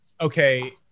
okay